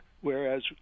Whereas